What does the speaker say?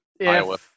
Iowa